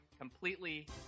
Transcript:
completely